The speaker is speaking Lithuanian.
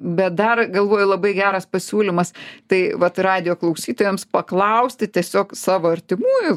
bet dar galvoju labai geras pasiūlymas tai vat radijo klausytojams paklausti tiesiog savo artimųjų